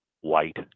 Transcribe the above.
white